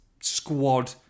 squad